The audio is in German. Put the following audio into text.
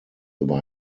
über